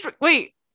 Wait